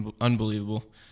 unbelievable